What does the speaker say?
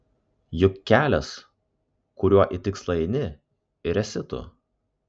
juk kelias kuriuo į tikslą eini ir esi tu